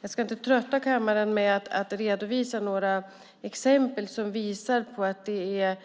Jag ska inte trötta kammaren med att redovisa exempel som visar att det